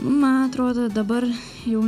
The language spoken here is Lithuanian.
man atrodo dabar jau